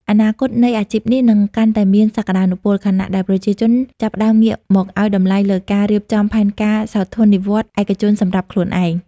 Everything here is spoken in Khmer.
អនាគតនៃអាជីពនេះនឹងកាន់តែមានសក្ដានុពល ខណៈដែលប្រជាជនចាប់ផ្ដើមងាកមកឱ្យតម្លៃលើការរៀបចំផែនការសោធននិវត្តន៍ឯកជនសម្រាប់ខ្លួនឯង។